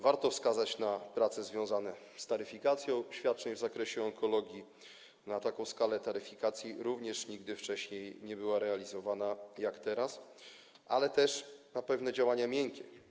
Warto wskazać na prace związane z taryfikacją świadczeń w zakresie onkologii - na taką skalę taryfikacja również nigdy wcześniej nie była realizowana tak jak teraz - ale też na pewne działanie miękkie.